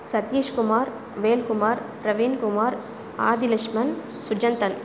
Satishkumar Velkumar Praveenkumar Adilakshman Sujanthan